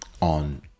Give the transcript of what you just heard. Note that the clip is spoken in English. on